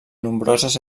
nombroses